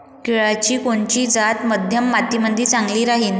केळाची कोनची जात मध्यम मातीमंदी चांगली राहिन?